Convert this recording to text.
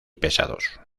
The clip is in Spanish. pesados